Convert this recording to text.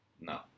No